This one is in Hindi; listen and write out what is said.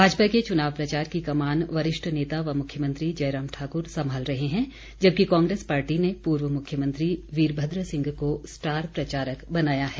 भाजपा के चुनाव प्रचार की कमान वरिष्ठ नेता व मुख्यमंत्री जयराम ठाकुर संभाल रहे हैं जबकि कांग्रेस पार्टी ने पूर्व मुख्यमंत्री वीरभद्र सिंह को स्टार प्रचारक बनाया है